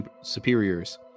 superiors